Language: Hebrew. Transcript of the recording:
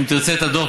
אם תרצה את הדוח,